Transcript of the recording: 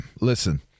listen